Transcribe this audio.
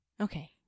Okay